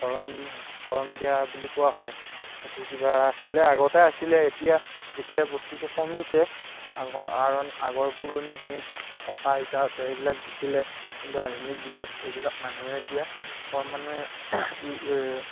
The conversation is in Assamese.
ভৰণ ভৰণ দিয়া বুলি কোৱা হয় সেইটো কিবা আছিলে আগতে আছিলে এতিয়া এতিয়া বস্তুটো কমিছে আগৰ পুৰণি সেই ককা আইতাহঁতে সেইবিলাক দিছিলে কিন্তু আধুনিক যুগত এইবিলাক মানুহে এতিয়া ক্ৰমান্বয়ে